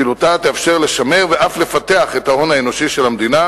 פעילותה תאפשר לשמר ואף לפתח את ההון האנושי של המדינה,